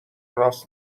راس